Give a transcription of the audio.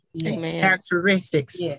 characteristics